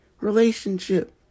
relationship